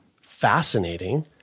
fascinating